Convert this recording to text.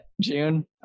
June